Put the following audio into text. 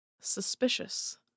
Suspicious